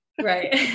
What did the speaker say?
Right